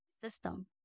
system